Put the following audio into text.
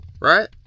Right